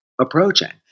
approaching